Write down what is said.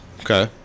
Okay